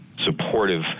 supportive